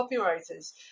copywriters